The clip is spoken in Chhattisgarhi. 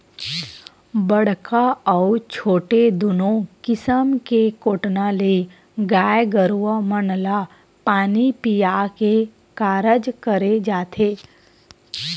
बड़का अउ छोटे दूनो किसम के कोटना ले गाय गरुवा मन ल पानी पीया के कारज करे जाथे